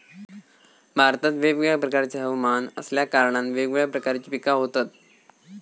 भारतात वेगवेगळ्या प्रकारचे हवमान असल्या कारणान वेगवेगळ्या प्रकारची पिका होतत